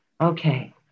Okay